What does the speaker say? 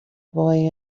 boy